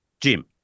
Jim